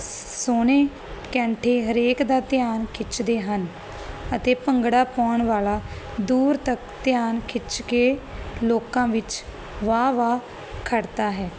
ਸੋਹਣੇ ਕੈਂਠੇ ਹਰੇਕ ਦਾ ਧਿਆਨ ਖਿੱਚਦੇ ਹਨ ਅਤੇ ਭੰਗੜਾ ਪਾਉਣ ਵਾਲਾ ਦੂਰ ਤੱਕ ਧਿਆਨ ਖਿੱਚ ਕੇ ਲੋਕਾਂ ਵਿੱਚ ਵਾਹ ਵਾਹ ਖਟਦਾ ਹੈ